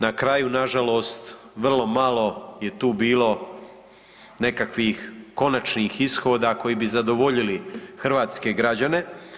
Na kraju na žalost vrlo malo je tu bilo nekakvih konačnih ishoda koji bi zadovoljili hrvatske građane.